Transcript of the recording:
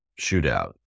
shootout